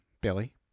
Billy